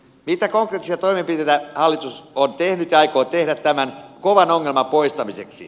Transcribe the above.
mitä konkreettisia toimenpiteitä hallitus on tehnyt ja aikoo tehdä tämän kovan ongelman poistamiseksi